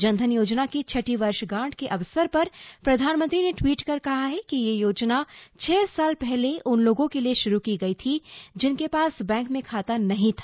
जनधन योजना की छठी वर्षगांठ के अवसर पर प्रधानमंत्री ने ट्वीट कर कहा है कि यह योजना छह साल पहले उन लोगों के लिए श्रू की गई थी जिनके पास बैंक में खाता नहीं था